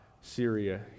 Syria